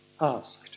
asked